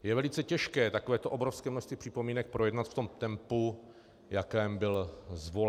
Je velice těžké takovéto obrovské množství připomínek projednat v tom tempu, v jakém byl zvolen.